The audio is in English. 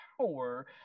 power